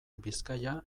bizkaia